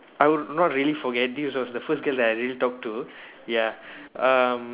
I would not really forget this was the first girl that I really talk to ya um